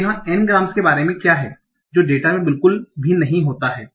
तो n grams के बारे में क्या है जो डेटा में बिल्कुल भी नहीं होता है